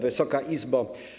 Wysoka Izbo!